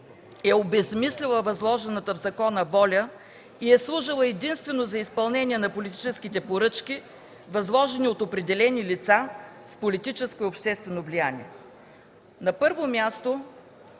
е обезсмислила заложената в закона воля и е служила единствено за изпълнение на политическите поръчки, възложени от определени лица с политическо и обществено влияние?